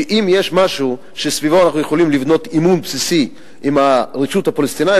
שאם יש משהו שסביבו אנחנו יכולים לבנות אמון בסיסי עם הרשות הפלסטינית,